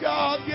God